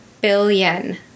billion